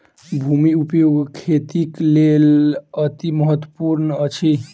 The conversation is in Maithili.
भूमि उपयोग खेतीक लेल अतिमहत्त्वपूर्ण अछि